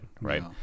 right